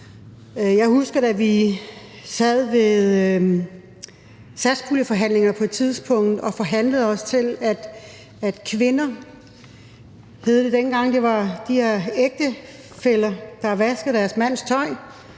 Jeg husker, da vi sad i satspuljeforhandlinger på et tidspunkt og forhandlede os til, at der blev afsat penge til de kvinder, der vaskede deres mænds tøj